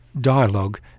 dialogue